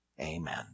Amen